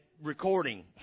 recording